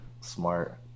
Smart